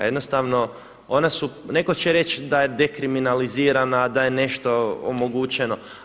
Jednostavno ona su, netko će reći da je dekriminalizirana, da je nešto omogućeno.